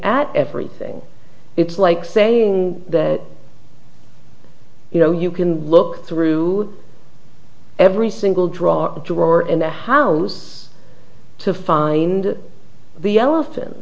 at everything it's like saying that you know you can look through every single drop drawer in the house to find the